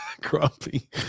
Grumpy